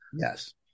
Yes